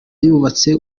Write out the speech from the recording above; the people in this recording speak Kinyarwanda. yubatse